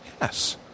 Yes